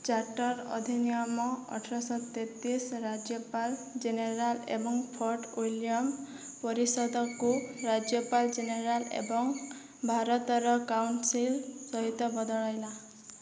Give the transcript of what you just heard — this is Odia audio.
ଚାର୍ଟର ଅଧିନିୟମ ଅଠରଶହ ତେତିଶ ରାଜ୍ୟପାଳ ଜେନେରାଲ୍ ଏବଂ ଫୋର୍ଟ ୱିଲିୟମ୍ ପରିଷଦକୁ ରାଜ୍ୟପାଳ ଜେନେରାଲ୍ ଏବଂ ଭାରତର କାଉନସିଲ୍ ସହିତ ବଦଳାଇଲା